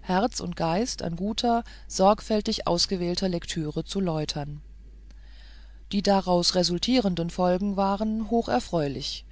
herz und geist an guter sorgfältig ausgewählter lektüre zu läutern die daraus resultierenden folgen waren hocherfreulich